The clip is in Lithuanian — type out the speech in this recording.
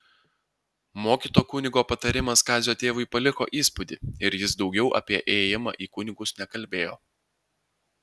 mokyto kunigo patarimas kazio tėvui paliko įspūdį ir jis daugiau apie ėjimą į kunigus nekalbėjo